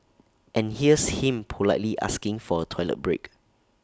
and here's him politely asking for A toilet break